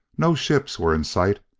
no ships were in sight,